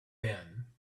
then